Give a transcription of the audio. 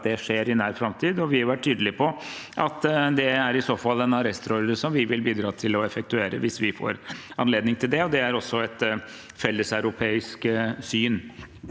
at det skjer i nær framtid. Vi har vært tydelige på at det i så fall er en arrestordre vi vil bidra til å effektuere hvis vi får anledning til det, og det er også et felleseuropeisk syn.